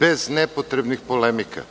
bez nepotrebnih polemika.